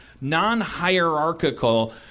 Non-hierarchical